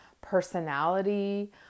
personality